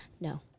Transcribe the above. no